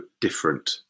different